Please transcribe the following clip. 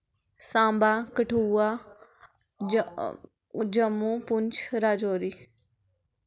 Samba Kathua Jammu Poonch Rajouri